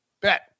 bet